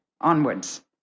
onwards